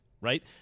Right